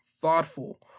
thoughtful